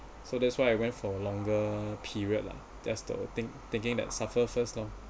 so that's why I went for longer period lah that's the think thinking that suffer first lor